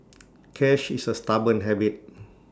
cash is A stubborn habit